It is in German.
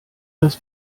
das